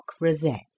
rosette